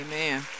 Amen